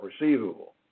receivable